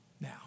now